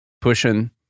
pushing